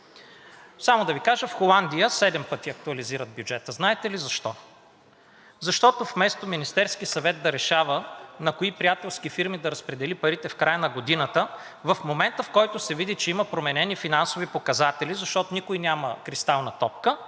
Само да Ви кажа, че в Холандия седем пъти актуализират бюджета. Знаете ли защо? Защото, вместо Министерският съвет да решава на кои приятелски фирми да разпредели парите в края на годината, в момента, в който се види, че има променени финансови показатели, защото никой няма кристална топка,